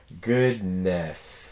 Goodness